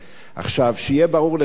עכשיו, שיהיה ברור לכולם.